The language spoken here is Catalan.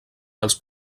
dels